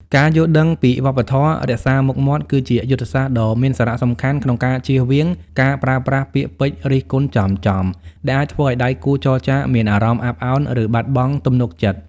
ការយល់ដឹងពីវប្បធម៌ "រក្សាមុខមាត់" គឺជាយុទ្ធសាស្ត្រដ៏មានសារៈសំខាន់ក្នុងការជៀសវាងការប្រើប្រាស់ពាក្យពេចន៍រិះគន់ចំៗ ដែលអាចធ្វើឱ្យដៃគូចរចាមានអារម្មណ៍អាប់ឱន ឬបាត់បង់ទំនុកចិត្ត។